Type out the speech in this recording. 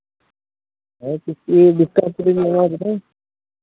ᱦᱮᱸ ᱠᱤᱪᱷᱩ ᱰᱤᱥᱠᱟᱣᱩᱱᱴ ᱠᱚᱞᱤᱧ ᱮᱢᱟ ᱵᱤᱱᱟ